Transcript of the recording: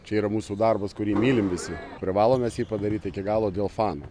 čia yra mūsų darbas kurį mylim visi privalom mes jį padaryt iki galo dėl fanų